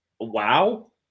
wow